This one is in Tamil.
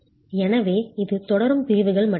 எனவே இது தொடரும் பிரிவுகள் மட்டுமே